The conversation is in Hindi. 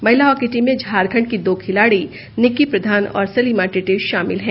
महिला हॉकी टीम में झारखंड की दो खिलाड़ी निकी प्रधान और सलीमा टेटे शामिल हैं